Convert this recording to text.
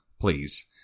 Please